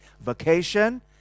vacation